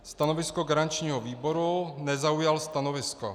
Stanovisko garančního výboru nezaujal stanovisko.